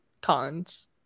cons